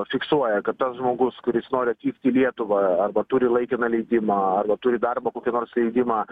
fiksuoja kad tas žmogus kuris nori atvykt į lietuvą arba turi laikiną leidimą arba turi darbo kokį nors leidimą